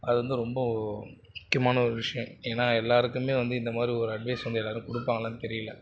அது வந்து ரொம்ப முக்கியமான ஒரு விஷயம் ஏன்னால் எல்லாருக்குமே வந்து இந்த மாதிரி ஒரு அட்வைஸ் வந்து எல்லாரும் கொடுப்பாங்களானு தெரியல